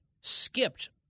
skipped